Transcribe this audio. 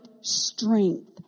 strength